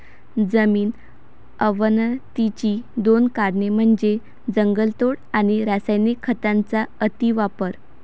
जमीन अवनतीची दोन कारणे म्हणजे जंगलतोड आणि रासायनिक खतांचा अतिवापर